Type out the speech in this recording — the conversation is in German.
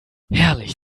herrlich